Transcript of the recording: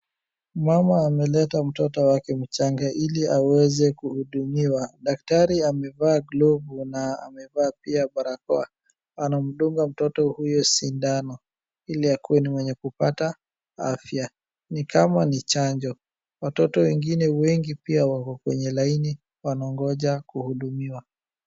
Mama ameleta mtoto wake mchanga ili aweze kuhudumiwa daktari amevaa glovu na amevaa pia barakoa anamdunga mtoto huyo sindano iliakue mwenye kupata afya nikama ni chanjo watoto wengine wengi pia wako kwenye laini wanangoja kuhudumia.